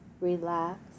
Relax